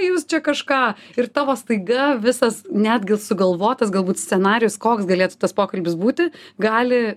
jūs čia kažką ir tavo staiga visas netgi sugalvotas galbūt scenarijus koks galėtų tas pokalbis būti gali